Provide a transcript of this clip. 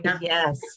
Yes